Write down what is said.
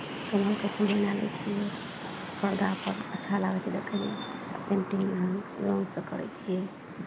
कमलके फूल बना लै छियै परदापर अच्छा लागै छै देखयमे पेन्टिंग रङ्ग रङ्गसँ करै छियै